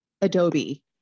Adobe